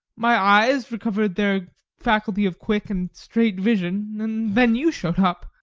my eyes recovered their faculty of quick and straight vision and then you showed up.